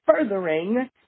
furthering